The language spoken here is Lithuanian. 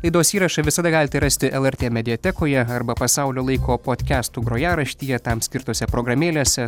laidos įrašą visada galite rasti lrt mediatekoje arba pasaulio laiko podkestų grojaraštyje tam skirtose programėlėse